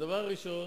הדבר הראשון,